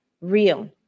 real